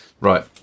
Right